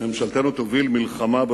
ראש הממשלה בנימין נתניהו: ממשלתנו תוביל מלחמה